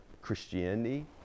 Christianity